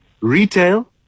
retail